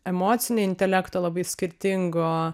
emocinio intelekto labai skirtingo